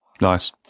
nice